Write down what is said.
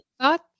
thought